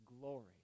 glory